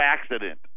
accident